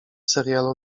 serialu